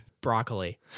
Broccoli